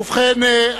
ובכן,